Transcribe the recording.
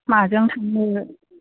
माजों थांनो